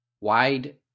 wide